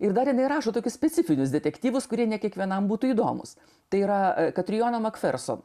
ir dar jinai rašo tokius specifinius detektyvus kurie ne kiekvienam būtų įdomūs tai yra katrijona makferson